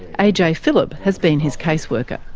ajay philip has been his caseworker.